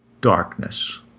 darkness